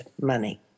money